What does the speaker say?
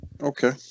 Okay